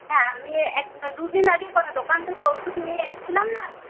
হ্যাঁ আমি একদি দুদিন আগে কোনও দোকান থেকে ওষুধ নিয়ে এসেছিলাম না